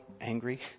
angry